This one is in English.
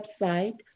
website